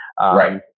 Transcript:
Right